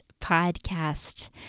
Podcast